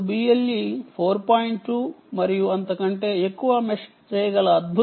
2 మరియు ఆ పైనవి ఇపుడు ఎక్కువగా మెష్ చేయగల అద్భుతమైన సామర్థ్యం కలిగివున్నవి